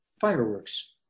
fireworks